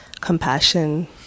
compassion